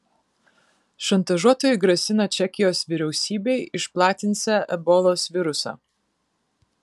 šantažuotojai grasina čekijos vyriausybei išplatinsią ebolos virusą